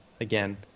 again